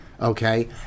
Okay